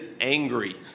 angry